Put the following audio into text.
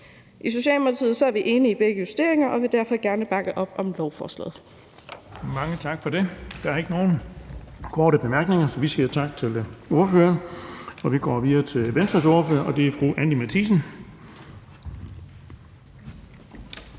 I Socialdemokratiet er vi enige i begge justeringer og vil derfor gerne bakke op om lovforslaget. Kl. 14:43 Den fg. formand (Erling Bonnesen): Tak for det. Der er ikke nogen korte bemærkninger, så vi siger tak til ordføreren. Vi går videre til Venstres ordfører, og det er fru Anni Matthiesen.